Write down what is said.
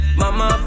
mama